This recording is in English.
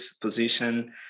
position